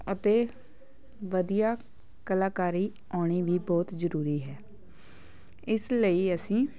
ਅਤੇ ਵਧੀਆ ਕਲਾਕਾਰੀ ਆਉਣੀ ਵੀ ਬਹੁਤ ਜ਼ਰੂਰੀ ਹੈ ਇਸ ਲਈ ਅਸੀਂ